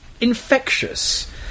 infectious